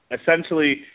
essentially